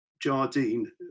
Jardine